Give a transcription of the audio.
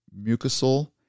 mucosal